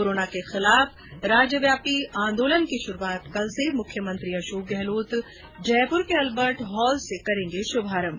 corona के खिलाफ राज्यव्यापी जन आंदोलन कल से मुख्यमंत्री अशोक गहलोत जयपूर के अल्बर्ट हॉल से करेंगे शुभारम्भ